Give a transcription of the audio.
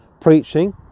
preaching